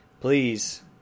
Please